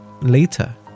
Later